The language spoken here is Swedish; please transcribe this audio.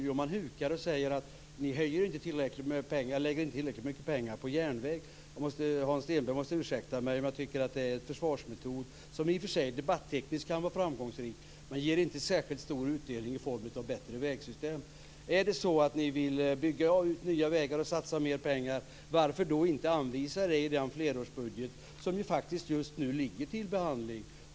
Jo, man hukar och säger att vi inte lägger tillräckligt mycket pengar på järnvägen. Hans Stenberg måste ursäkta mig, men jag tycker att det är en försvarsmetod, som i och för sig kan vara framgångsrik debattekniskt, men den ger inte särskilt stor utdelning i form av ett bättre vägsystem. Är det så att ni vill bygga nya vägar och satsa mer, varför då inte anvisa pengar i den flerårsbudget som just nu ligger för behandling?